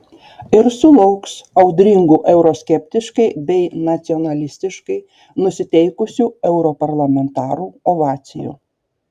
ir sulauks audringų euroskeptiškai bei nacionalistiškai nusiteikusių europarlamentarų ovacijų